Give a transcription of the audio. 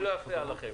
אני לא אפריע לכם.